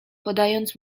podając